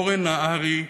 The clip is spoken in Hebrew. אורן נהרי,